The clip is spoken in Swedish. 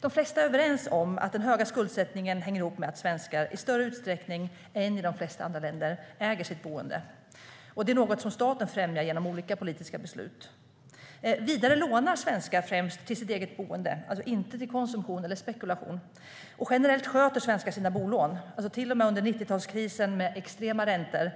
De flesta är överens om att den höga skuldsättningen hänger ihop med att svenskar i större utsträckning än de i de flesta andra länder äger sitt boende. Det är något som staten främjar genom olika politiska beslut. Vidare lånar svenskar främst till sitt eget boende, inte till konsumtion eller till spekulation. Generellt sköter svenskar sina bolån. Till och med under 90-talskrisen med extrema räntor